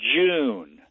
june